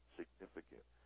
significant